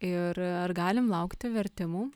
ir ar galim laukti vertimų